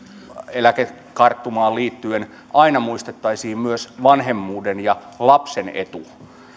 eläkekarttumaan liittyen aina muistettaisiin myös vanhemmuuden ja lapsen etu